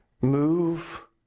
Move